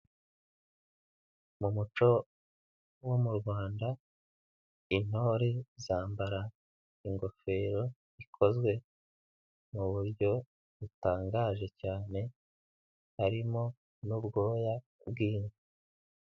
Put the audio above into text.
Mu muco wo mu Rwanda, intore zambara ingofero ikozwe mu buryo butangaje cyane harimo n'ubwoya bw'inka.